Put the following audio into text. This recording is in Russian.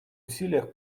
усилиях